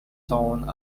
shown